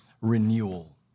renewal